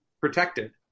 protected